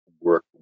work